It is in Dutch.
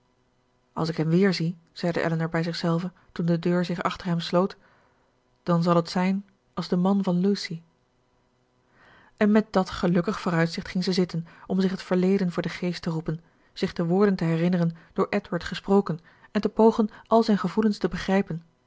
als ik hem weerzie zeide elinor bij zichzelve toen de deur zich achter hem sloot dan zal het zijn als de man van lucy en met dat gelukkig vooruitzicht ging zij zitten om zich het verleden voor den geest te roepen zich de woorden te herinneren door edward gesproken en te pogen al zijn gevoelens te begrijpen